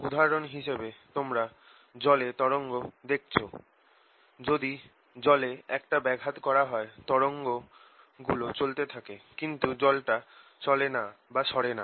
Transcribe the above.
উদাহরণ হিসেবে তোমরা জলে তরঙ্গ দেখেছো যদি জলে একটা ব্যাঘাত করা হয় তরঙ্গগুলো চলতে থাকে কিন্তু জলটা চলে না বা সরে না